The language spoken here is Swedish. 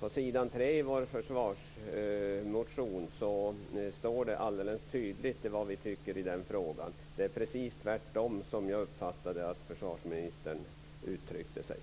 På s. 3 i vår försvarsmotion står det alldeles tydligt vad vi tycker i den frågan. Det är precis tvärtom mot hur jag uppfattade att försvarsministern uttryckte sig.